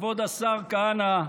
כבוד השר כהנא,